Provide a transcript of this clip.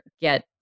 get